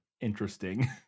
interesting